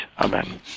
Amen